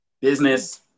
Business